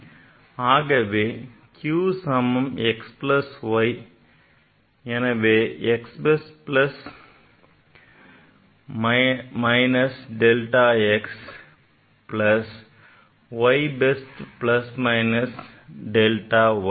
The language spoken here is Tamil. ஆகவே q சமம் x plus y எனவே x best plus minus delta x plus y best plus minus delta y